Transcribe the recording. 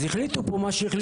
אז החליטו פה מה שהחליטו.